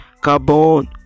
carbon